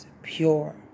Pure